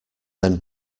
then